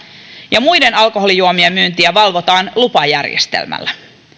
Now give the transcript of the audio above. ja muiden alkoholijuomien myyntiä valvotaan lupajärjestelmällä